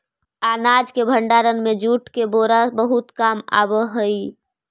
अनाज के भण्डारण में जूट के बोरा बहुत काम आवऽ हइ